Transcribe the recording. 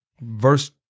verse